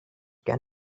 can